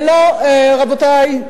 לא, רבותי.